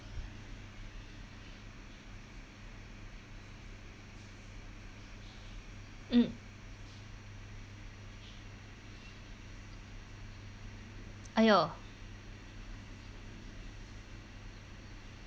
mm !aiyo!